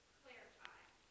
clarify